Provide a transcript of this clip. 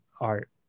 art